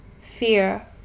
fear